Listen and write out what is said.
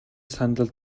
сандал